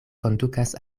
kondukas